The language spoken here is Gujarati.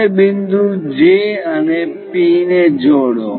હવે બિંદુ J અને P ને જોડો